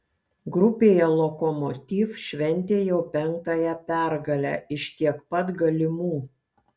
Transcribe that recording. grupėje lokomotiv šventė jau penktąją pergalę iš tiek pat galimų